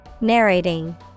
Narrating